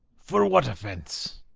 for what offence?